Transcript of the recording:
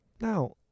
Now